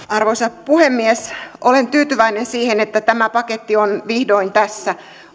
arvoisa puhemies olen tyytyväinen siihen että tämä paketti on vihdoin tässä